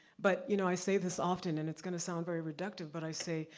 but you know i say this often, and it's gonna sound very reductive but i say,